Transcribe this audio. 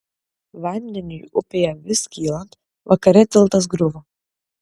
vandeniui upėje vis kylant vakare tiltas griuvo